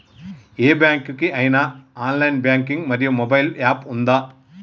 ఏ bank కి ఐనా online banking మరియు మొబైల్ యాప్ ఉందా?